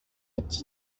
est